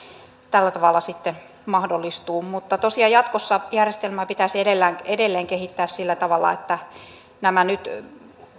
tällä tavalla sitten mahdollistuvat mutta tosiaan jatkossa järjestelmää pitäisi edelleen kehittää sillä tavalla että näitä